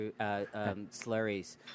slurries